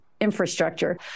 infrastructure